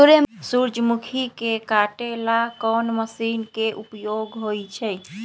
सूर्यमुखी के काटे ला कोंन मशीन के उपयोग होई छइ?